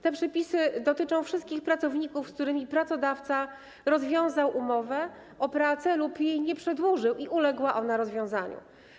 Te przepisy dotyczą wszystkich pracowników, z którymi pracodawca rozwiązał umowę o pracę lub jej nie przedłużył i uległa ona rozwiązaniu.